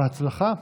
בהצלחה.